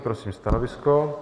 Prosím stanovisko.